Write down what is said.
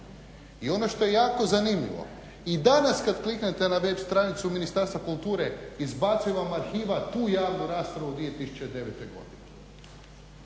I ono što je jako zanimljivo i danas kad kliknete na web stranicu Ministarstva kulture izbaci vam arhiva tu javnu raspravu 2009. godine.